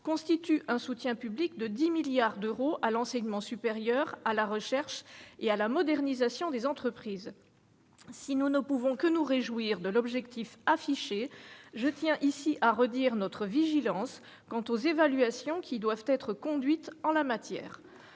constitue un soutien public de 10 milliards d'euros à l'enseignement supérieur, à la recherche et à la modernisation des entreprises. Si nous ne pouvons que nous réjouir de l'objectif affiché, nous demeurons vigilants, je tiens à le redire ici, sur les évaluations qui doivent être conduites en la matière.